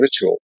ritual